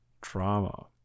drama